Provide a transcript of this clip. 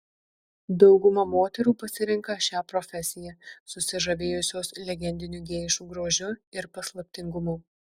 dauguma moterų pasirenka šią profesiją susižavėjusios legendiniu geišų grožiu ir paslaptingumu